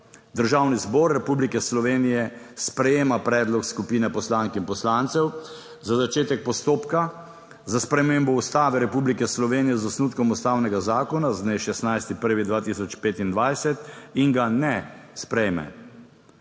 Državni zbor Republike Slovenije sprejema predlog skupine poslank in poslancev. Za začetek postopka za spremembo Ustave Republike Slovenije z osnutkom ustavnega zakona z dne 16. 1. 2025. Ustavna komisija